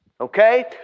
Okay